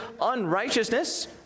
unrighteousness